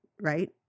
right